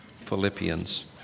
Philippians